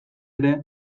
ere